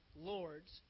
Lord's